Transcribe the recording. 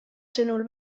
sõnul